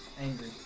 Angry